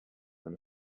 than